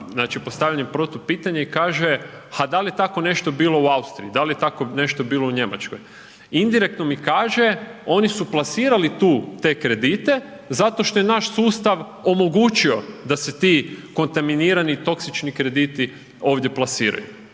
znači postavlja protupitanje i kaže, ha dal je tako nešto bilo u Austriji, dasl je tako nešto bilo u Njemačkoj, indirektno mi kaže oni su plasirali te kredite zato što je naš sustav omogućio da se ti kontaminirani i toksični krediti ovdje plasiraju.